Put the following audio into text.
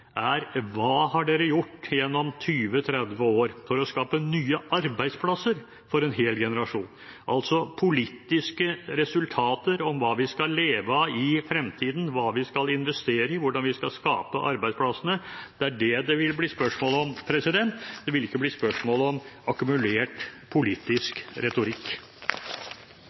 er: Hva er blitt gjort gjennom 20–30 år for å skape nye arbeidsplasser for en hel generasjon? Politiske resultater om hva vi skal leve av i fremtiden, hva vi skal investere i, hvordan vi skal skape arbeidsplassene, er det det vil bli spørsmål om. Det vil ikke bli spørsmål om akkumulert politisk retorikk. Det er litt forunderlig at Høyres finanspolitiske talsmann henfaller til kun retorikk